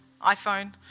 iPhone